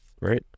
right